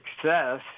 success